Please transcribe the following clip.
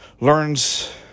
learns